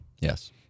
Yes